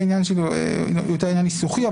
זה יותר עניין ניסוחי,